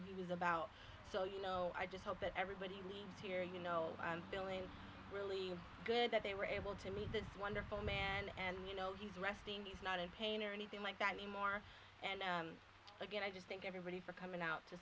and he was about so you know i just hope that everybody leaves here you know i'm feeling really good that they were able to meet this wonderful man and you know he's resting he's not in pain or anything like that anymore and again i just think everybody for coming out to